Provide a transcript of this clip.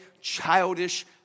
childish